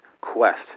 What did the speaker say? quest